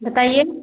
बताइए